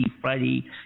Friday